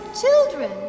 children